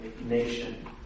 nation